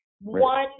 One